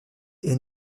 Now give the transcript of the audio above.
est